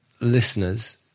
listeners